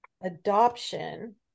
adoption